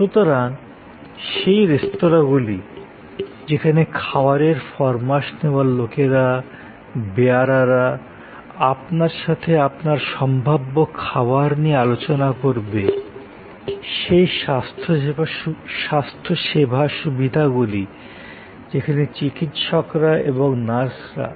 সুতরাং সেই রেস্তোঁরাগুলি যেখানে খাবারের ফরমাশ নেওয়ার লোকেরা বেয়ারারা আপনার সাথে আপনার সম্ভাব্য খাবার নিয়ে আলোচনা করবে সেই স্বাস্থ্যসেবা সুবিধাগুলি যেখানে চিকিৎসকরা এবং নার্সরা